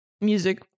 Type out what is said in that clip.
music